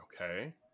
Okay